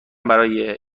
برای